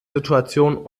situation